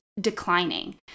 declining